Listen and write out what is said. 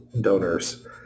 donors